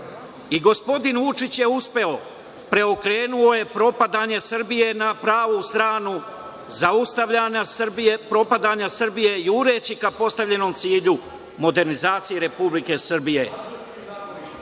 Gospodin Vučić je uspeo, preokrenuo je propadanje Srbije na pravu stranu, zaustavio propadanje Srbije jureći ka postavljenom cilju, modernizaciji Republike Srbije.